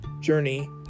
journey